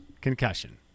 Concussion